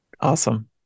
Awesome